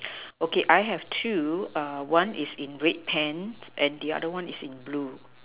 okay I have two one is in red pants and the other one is in blue